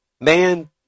Man